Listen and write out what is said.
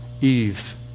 Eve